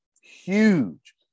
huge